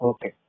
Okay